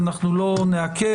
אנחנו לא נעכב.